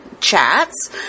Chats